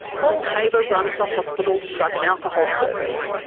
paul haber runs the hospital's drug and alcohol service.